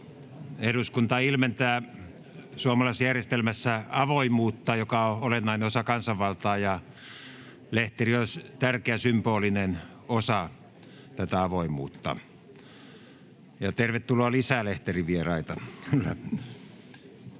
Eduskunta ilmentää suomalaisessa järjestelmässä avoimuutta, joka on olennainen osa kansanvaltaa, ja lehteri on tärkeä symbolinen osa tätä avoimuutta. — Ja tervetuloa lisää lehterivieraita.